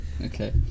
Okay